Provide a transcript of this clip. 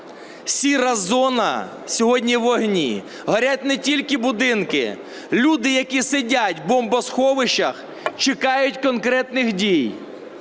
"Сіра" зона сьогодні у вогні, горять не тільки будинки. Люди, які сидять в бомбосховищах, чекають конкретних дій.